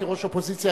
כראש אופוזיציה,